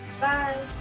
Bye